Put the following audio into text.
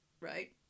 right